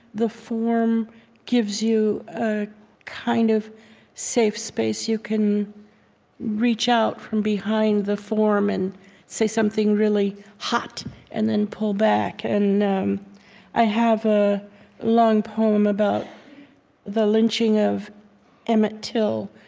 the form gives you a kind of safe space you can reach out from behind the form and say something really hot and then pull back. and um i i have a long poem about the lynching of emmett till,